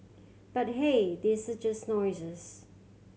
but hey these are just noises